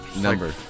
number